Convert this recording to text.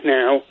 now